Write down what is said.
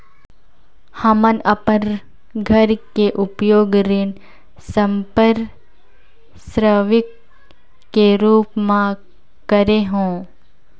हमन अपन घर के उपयोग ऋण संपार्श्विक के रूप म करे हों